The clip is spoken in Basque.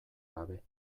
gabe